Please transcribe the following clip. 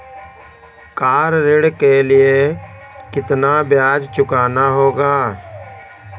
Car ऋण के लिए कितना ब्याज चुकाना होगा?